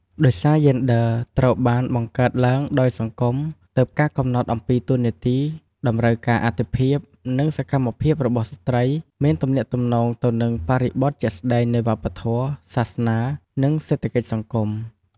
ដោយសារយេនឌ័រ ត្រូវបានបង្កើតឡើងដោយសង្គម ទើបការកំណត់អំពីតួនាទីតម្រូវការអាទិភាព និងសកម្មភាពរបស់ស្រ្តីមានទំនាក់ទំនងទៅនឹងបរិបទជាក់ស្តែងនៃវប្បធម៌ សាសនា និងសេដ្ឋកិច្ចសង្គម ។